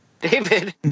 David